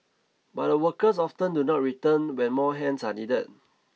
but the workers often do not return when more hands are needed